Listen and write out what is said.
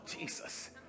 Jesus